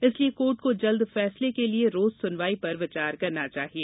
इसलिए कोर्ट को जल्द फैसले के लिए रोज सुनवाई पर विचार करना चाहिए